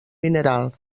mineral